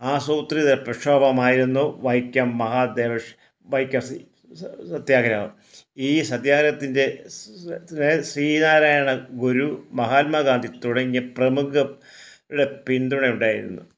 ആസൂത്രിത പ്രക്ഷോഭമായിരുന്നു വൈക്കം മഹാദേവക്ഷ വൈക്കം സത്യാഗ്രഹം ഈ സത്യാഗ്രഹത്തിൻ്റെ ശ്രീ നാരായണഗുരു മഹാത്മാഗാന്ധി തുടങ്ങിയ പ്രമുഖരുടെ പിന്തുണ ഉണ്ടായിരുന്നു